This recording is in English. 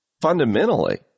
fundamentally